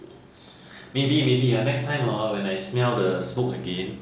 maybe maybe ha next time hor when I smell the smoke again